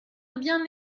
bien